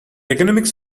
economics